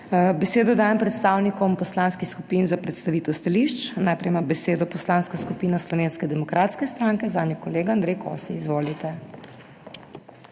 Besedo dajem predstavnikom poslanskih skupin za predstavitev stališč. Najprej ima besedo Poslanska skupina Slovenske demokratske stranke, zanjo kolega Andrej Kosi. Izvolite.